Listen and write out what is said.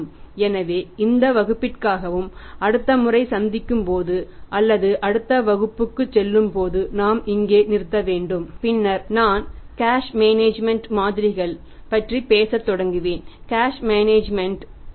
எனவே இந்த வகுப்பிற்காகவும் அடுத்த முறை சந்திக்கும் போதும் அல்லது அடுத்த வகுப்புக்குச் செல்லும்போதும் நாம் இங்கே நிறுத்த வேண்டும்